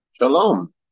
Shalom